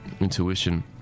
intuition